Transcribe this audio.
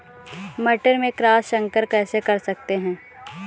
मटर में क्रॉस संकर कैसे कर सकते हैं?